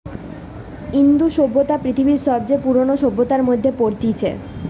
ইন্দু সভ্যতা পৃথিবীর সবচে পুরোনো সভ্যতার মধ্যে পড়তিছে